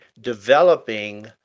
developing